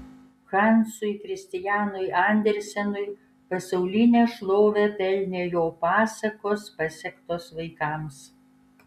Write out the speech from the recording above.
hansui kristianui andersenui pasaulinę šlovę pelnė jo pasakos pasektos vaikams